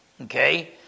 okay